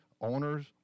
owners